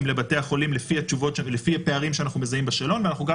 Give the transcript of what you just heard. לבתי החולים לפי הפערים שאנחנו מזהים בשאלון ואנחנו גם